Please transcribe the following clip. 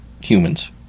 humans